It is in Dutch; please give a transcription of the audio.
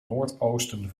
noordoosten